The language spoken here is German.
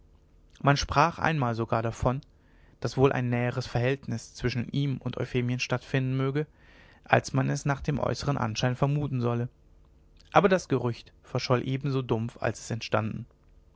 man sprach einmal sogar davon daß wohl ein näheres verhältnis zwischen ihm und euphemien stattfinden möge als man es nach dem äußern anschein vermuten solle aber das gerücht verscholl ebenso dumpf als es entstanden